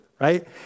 Right